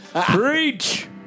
Preach